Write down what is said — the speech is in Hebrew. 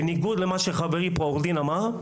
בניגוד למה שחברי אמר,